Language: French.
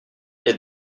est